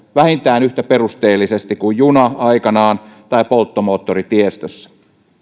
vähintään yhtä perusteellisesti kuin juna aikanaan tai polttomoottori tiestössä